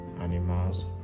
animals